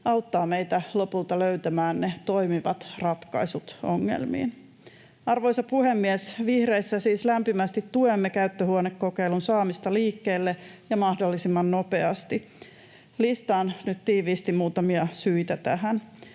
auttaa meitä lopulta löytämään ne toimivat ratkaisut ongelmiin. Arvoisa puhemies! Vihreissä siis lämpimästi tuemme käyttöhuonekokeilun saamista liikkeelle ja mahdollisimman nopeasti. Listaan nyt tiiviisti muutamia syitä tähän.